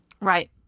Right